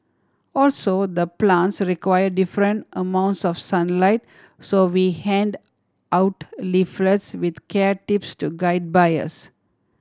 also the plants require different amounts of sunlight so we hand out leaflets with care tips to guide buyers